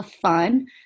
fun